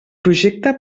projecte